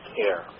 care